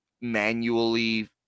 manually